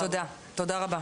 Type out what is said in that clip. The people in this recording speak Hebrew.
תודה רבה.